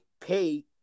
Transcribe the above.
pay